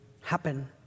happen